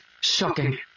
shocking